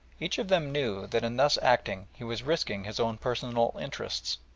each of them knew that in thus acting he was risking his own personal interests.